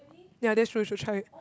ya that's true you should try it